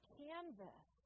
canvas